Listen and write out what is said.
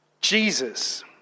Jesus